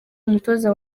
umutoza